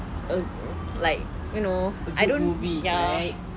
uh like you know I don't ya